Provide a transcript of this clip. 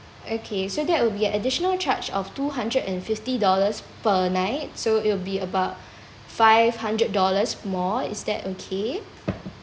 okay so that would be additional charge of two hundred and fifty dollars per night so it'll be about five hundred dollars more is that okay